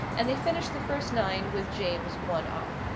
and they finished the first nine with james one up.